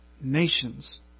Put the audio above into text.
nations